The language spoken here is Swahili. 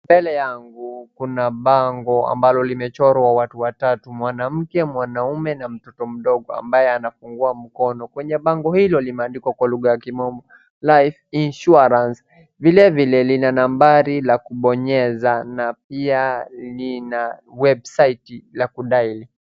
Mbele yangu kuna bango ambalo limechorwa watu watatu, mwamke, mwanaume na mtoto mdogo ambaye anafungua mkono. Kwenye bango hilo limeandikwa kwa lugha ya kimombo life insurance .Vilevile lina nambari la kubonyeza na pia lina websaiti la ku dail .